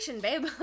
babe